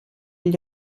gli